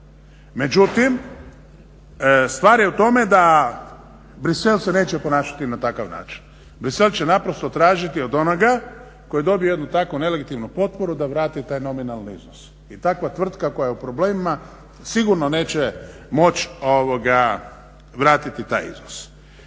Međutim stvar je u tome da Bruxelles se neće ponašati na takav način. Bruxelles će naprosto tražiti od onoga koji dobije takvu jednu nelegitimnu potporu da vrati taj nominalni iznos. I takva tvrtka koja je u problemima sigurno neće moći vratiti taj iznos.